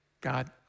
God